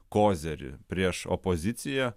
kozirį prieš opoziciją